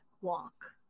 walk